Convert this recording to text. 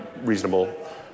reasonable